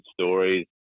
stories